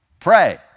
Pray